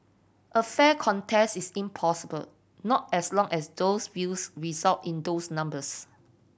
a fair contest is impossible not as long as those views result in those numbers